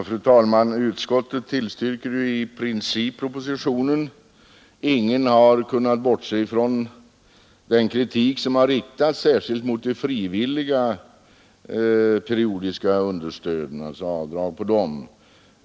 Fru talman! Utskottet tillstyrker ju i princip propositionen. Ingen har kunnat bortse från den kritik som har riktats särskilt mot avdragen för frivilliga periodiska understöd.